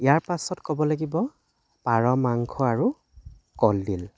ইয়াৰ পাছত ক'ব লাগিব পাৰ মাংস আৰু কলডিল